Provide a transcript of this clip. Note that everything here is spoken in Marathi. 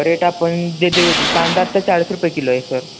रेट आपण दे देऊयात की कांदा आत्ता चाळीस रुपये किलो आहे सर